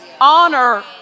Honor